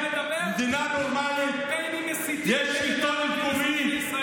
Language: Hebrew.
המפלגה שלך עשתה קמפיין מסית נגד הערבים.